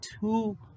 two